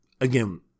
Again